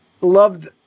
loved